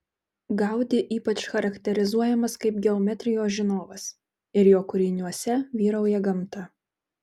gaudi ypač charakterizuojamas kaip geometrijos žinovas ir jo kūriniuose vyrauja gamta